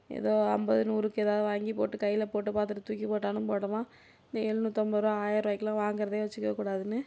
ஏதோ ஐம்பது நூறுக்கு ஏதாவது வாங்கி போட்டு கையில் போட்டு பார்த்துட்டு தூக்கி போட்டாலும் போடலாம் இந்த எழுநூற்றம்பது ருபா ஆயிர ருபாய்க்குலாம் வாங்கறதே வச்சிக்க கூடாதுன்னு